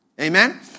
Amen